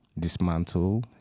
Dismantle